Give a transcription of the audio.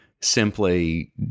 simply